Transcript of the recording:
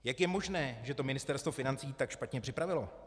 Jak je možné, že to Ministerstvo financí tak špatně připravilo?